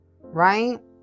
right